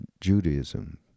Judaism